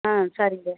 ஆ சரிங்க